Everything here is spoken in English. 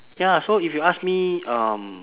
ya so if you ask me um